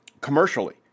commercially